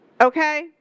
Okay